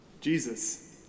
Jesus